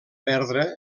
perdre